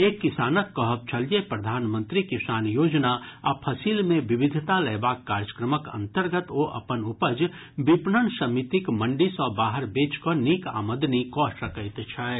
एक किसानक कहब छल जे प्रधानमंत्री किसान योजना आ फसिल मे विविधता लयबाक कार्यक्रमक अंतर्गत ओ अपन उपज विपणन समितिक मंडी सँ बाहर बेचि कऽ नीक आमदनी कऽ सकैत छथि